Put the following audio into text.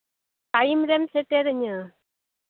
time ᱨᱮᱢ ᱥᱮᱴᱮᱨ ᱟᱹᱧᱟᱹ